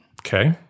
okay